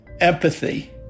empathy